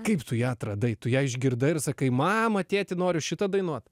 kaip tu ją atradai tu ją išgirdai ir sakai mama tėti noriu šitą dainuot